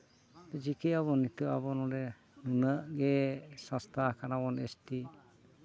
ᱛᱚ ᱪᱤᱠᱟᱹᱭᱟᱵᱚᱱ ᱱᱤᱛᱳᱜ ᱟᱵᱚ ᱱᱚᱸᱰᱮ ᱱᱩᱱᱟᱹᱜ ᱜᱮ ᱥᱟᱥᱛᱟ ᱟᱠᱟᱱᱟᱵᱚᱱ ᱮᱥᱴᱤ